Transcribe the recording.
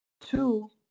two